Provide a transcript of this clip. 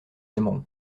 aimeront